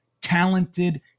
talented